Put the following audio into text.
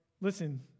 Listen